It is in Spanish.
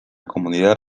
comunidad